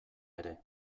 ere